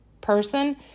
person